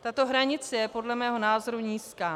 Tato hranice je podle mého názoru nízká.